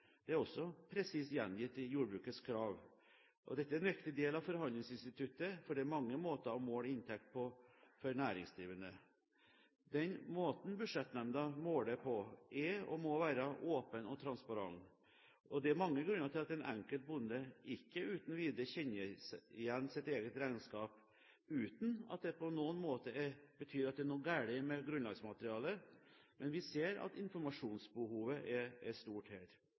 Det er også presist gjengitt i jordbrukets krav. Dette er en viktig del av forhandlingsinstituttet, for det er mange måter å måle inntekt for næringsdrivende på. Den måten Budsjettnemnda måler på, er – og må være – åpen og transparent. Og det er mange grunner til at en enkelt bonde ikke uten videre kjenner igjen sitt eget regnskap, uten at det på noen måte betyr at det er noe galt med grunnlagsmaterialet. Men vi ser at informasjonsbehovet er stort her.